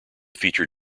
feature